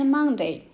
Monday